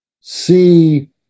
see